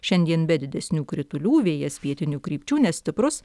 šiandien be didesnių kritulių vėjas pietinių krypčių nestiprus